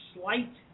slight